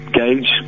gauge